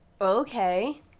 Okay